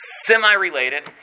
Semi-related